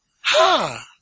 Ha